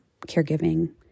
caregiving